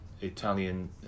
Italian